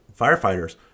firefighters